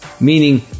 Meaning